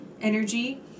energy